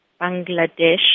Bangladesh